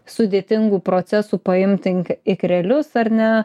sudėtingų procesų paimt in ikrelius ar ne